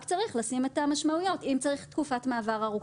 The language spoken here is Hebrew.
רק צריך לשים את המשמעויות: אם צריך תקופת מעבר ארוכה.